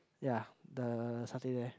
ya the satay there